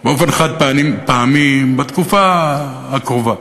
באופן חד-פעמי, בתקופה הקרובה,